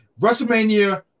WrestleMania